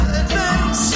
advance